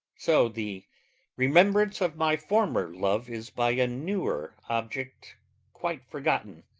so the remembrance of my former love is by a newer object quite forgotten.